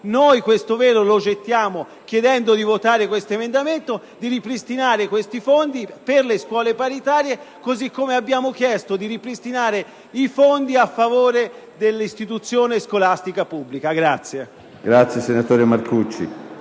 Noi questo velo lo gettiamo chiedendo di votare a favore di questo emendamento e di ripristinare questi fondi per le scuole paritarie, così come abbiamo chiesto di ripristinare i fondi a favore dell'istituzione scolastica pubblica.